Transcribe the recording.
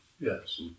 Yes